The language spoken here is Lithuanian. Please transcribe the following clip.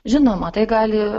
žinoma tai gali